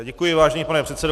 Děkuji, vážený pane předsedo.